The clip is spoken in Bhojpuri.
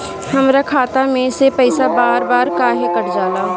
हमरा खाता में से पइसा बार बार काहे कट जाला?